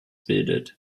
bildet